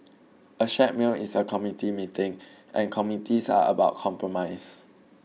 a shared meal is a committee meeting and committees are about compromise